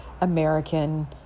American